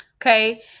okay